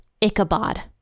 Ichabod